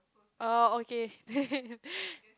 oh okay